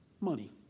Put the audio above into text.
money